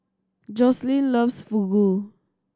Joslyn loves Fugu